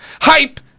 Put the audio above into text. Hype